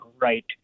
right